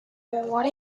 what